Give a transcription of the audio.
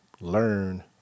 Learn